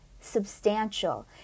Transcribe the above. substantial